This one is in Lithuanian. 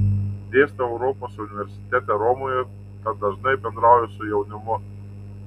dėstau europos universitete romoje tad dažnai bendrauju su jaunimu